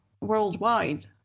worldwide